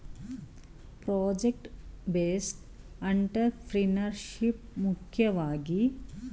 project based entrepreneurship ಮುಖ್ಯವಾಗಿ ಒಗ್ಗೂಡಿಸುವುದು, ಅನ್ವೇಷಣೆ, ಸಾಧನೆ ಮಾಡುವುದಾಗಿದೆ